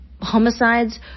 homicides